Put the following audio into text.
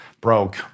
broke